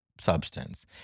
substance